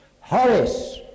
Horace